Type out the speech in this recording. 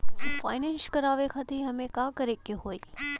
Finance करावे खातिर हमें का करे के होई?